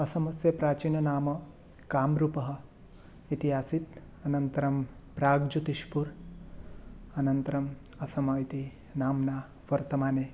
असमस्य प्राचीननाम काम्रूपः इति आसीत् अनन्तरं प्राग्जुतिश्पुर् अनन्तरम् असम इति नाम्ना वर्तमाने